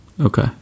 okay